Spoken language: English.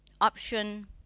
Option